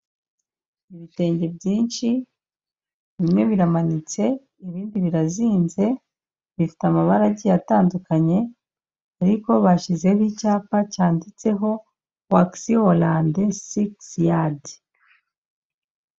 Ibitenge byinshi bimwe biramanitse ibindi birazinze, bifite amabara agiye atandukanye, ariko bashizeho icyapa cyanditseho wagisi worante sigisi yadi.